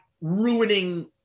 ruining